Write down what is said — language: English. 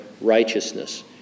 righteousness